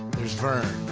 there's verne.